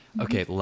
okay